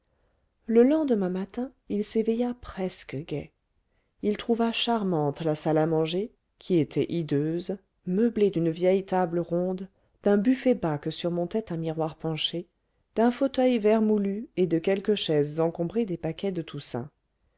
le lendemain matin il s'éveilla presque gai il trouva charmante la salle à manger qui était hideuse meublée d'une vieille table ronde d'un buffet bas que surmontait un miroir penché d'un fauteuil vermoulu et de quelques chaises encombrées des paquets de toussaint